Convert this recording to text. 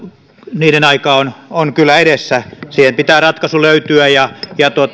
niiden aika on on kyllä edessä siihen pitää ratkaisu löytyä ja ja